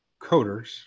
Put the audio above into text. coders